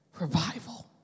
Revival